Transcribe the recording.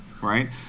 right